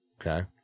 Okay